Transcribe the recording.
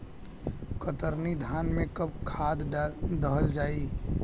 कतरनी धान में कब कब खाद दहल जाई?